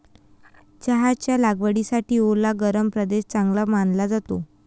चहाच्या लागवडीसाठी ओला गरम प्रदेश चांगला मानला जातो